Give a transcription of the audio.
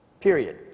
period